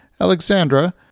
Alexandra